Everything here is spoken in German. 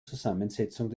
zusammensetzung